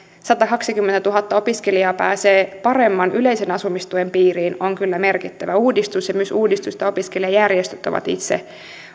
satakaksikymmentätuhatta opiskelijaa pääsee paremman yleisen asumistuen piiriin on kyllä merkittävä uudistus ja myös uudistus jota opiskelijajärjestöt ovat itse